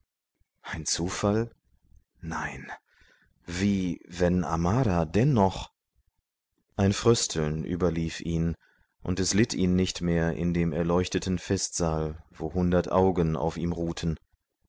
ein zufall nein wie wenn amara dennoch ein frösteln überlief ihn und es litt ihn nicht mehr in dem erleuchteten festsaal wo hundert augen auf ihm ruhten